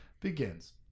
begins